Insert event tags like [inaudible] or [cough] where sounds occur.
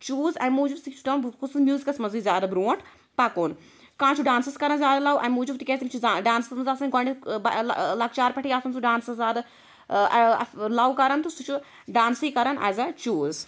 choose اَمہِ موٗجوب سُہ چھُ دپان بہٕ گوٚژھُس میٛوزکَس مَنزٕے زیادٕ برٛونٛٹھ پَکُن کانٛہہ چھُ ڈانسَس کران زیادٕ لَو اَمہِ موٗجوب تِکیٛازِ تٔمس چھُ ڈانسَس مَنٛز آسان گۄڈٕنیٚتھ لۄکچار پٮ۪ٹھے آسان سُہ ڈانسَس زیادٕ ٲں [unintelligible] لَو کران تہٕ سُہ چھُ ڈانسٕے کران ایز اےٚ چیٛوٗز